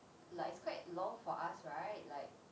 like it's quite long for us right like